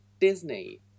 Disney